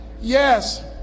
Yes